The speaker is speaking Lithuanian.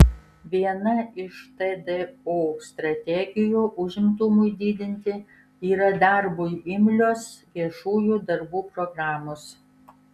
viena iš tdo strategijų užimtumui didinti yra darbui imlios viešųjų darbų programos